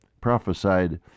prophesied